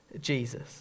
Jesus